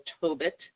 Tobit